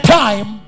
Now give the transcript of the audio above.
time